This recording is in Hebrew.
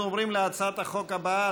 אנחנו עוברים להצעת החוק הבאה,